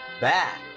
back